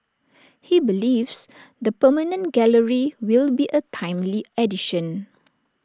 he believes the permanent gallery will be A timely addition